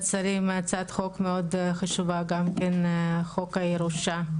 שרים הצעת חוק מאוד חשובה גם כן - חוק הירושה.